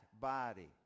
body